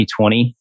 2020